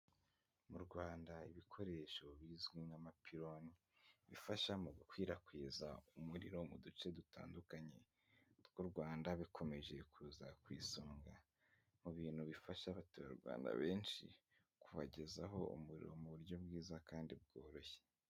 Mu Rwanda ibikoresho bizwi nk'amapironi, bifasha mu gukwirakwiza umuriro mu duce dutandukanye tw'u Rwanda bikomeje kuza ku isonga, mu bintu bifasha Abaturarwanda benshi kubagezaho umuriro muburyo bwiza kandi bworoshye.